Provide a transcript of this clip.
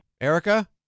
Erica